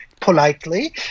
Politely